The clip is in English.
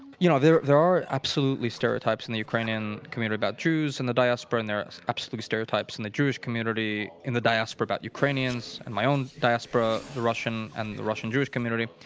you know, there there are absolutely stereotypes in the ukrainian community about jews in the diaspora, and there are absolutely stereotypes in the jewish community in the diaspora about ukrainians, and my own diaspora, the russians and the russian jewish community,